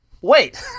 Wait